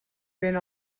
vent